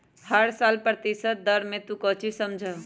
हर साल प्रतिशत दर से तू कौचि समझा हूँ